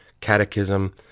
catechism